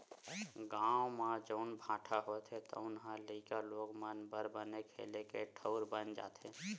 गाँव म जउन भाठा होथे तउन ह लइका लोग मन बर बने खेले के ठउर बन जाथे